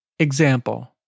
Example